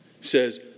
says